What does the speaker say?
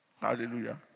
Hallelujah